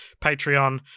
Patreon